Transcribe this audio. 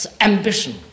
ambition